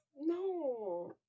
No